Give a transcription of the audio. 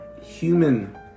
human